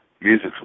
Music